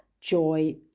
joy